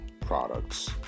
products